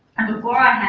and before